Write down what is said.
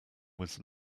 was